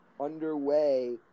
underway